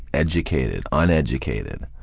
educated, uneducated.